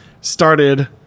started